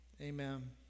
Amen